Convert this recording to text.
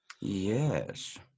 Yes